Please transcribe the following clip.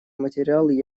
материал